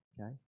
okay